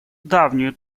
давнюю